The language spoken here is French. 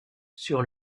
sur